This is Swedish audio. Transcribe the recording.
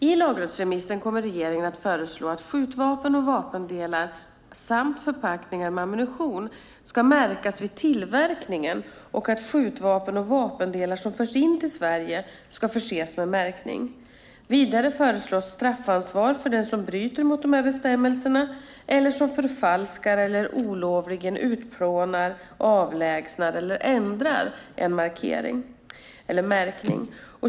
I lagrådsremissen kommer regeringen att föreslå att skjutvapen och vapendelar samt förpackningar med ammunition ska märkas vid tillverkningen och att skjutvapen och vapendelar som förs in till Sverige ska förses med märkning. Vidare föreslås straffansvar för den som bryter mot dessa bestämmelser eller som förfalskar eller olovligen utplånar, avlägsnar eller ändrar angiven märkning.